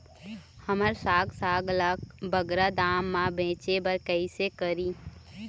हमर साग साग ला बगरा दाम मा बेचे बर कइसे करी?